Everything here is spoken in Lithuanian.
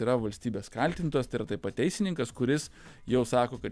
yra valstybės kaltintojas taip pat teisininkas kuris jau sako kad